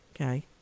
okay